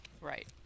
Right